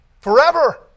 Forever